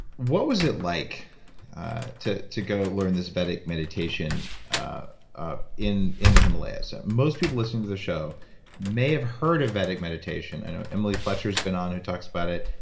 what was it like to to go learn this vedic meditation ah ah in in the himalayas? and most people listening to this show may have heard of vedic meditation i know emily fletcher has been on who talks about it,